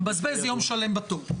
מבזבז יום שלם בתור.